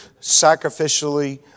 sacrificially